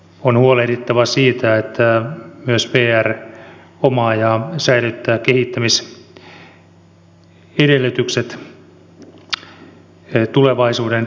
on huolehdittava siitä että myös vr omaa ja säilyttää kehittämisedellytykset tulevaisuuden osalta